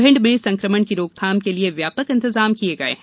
भिंड में संकमण की रोकथाम के लिए व्यापक इंतजाम किये गये हैं